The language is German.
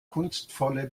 kunstvolle